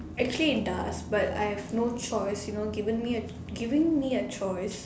actually it does but I have no choice you know given me a giving me a choice